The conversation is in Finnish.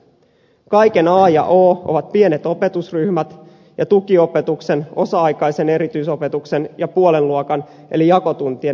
kaiken a ja o ovat pienet opetusryhmät ja tukiopetuksen osa aikaisen erityisopetuksen ja puolenluokan eli jakotuntien riittävä määrä